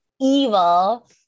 evil